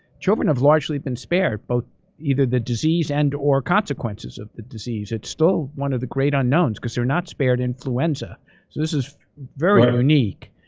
children have largely been spared, both either the disease and or consequences of the disease. it's still one of the great unknowns, cause they're not spared influenza. so this is very right. unique.